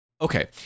Okay